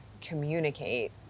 communicate